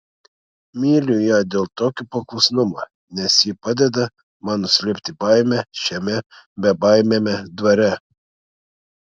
myliu ją dėl tokio paklusnumo nes ji padeda man nuslėpti baimę šiame bebaimiame dvare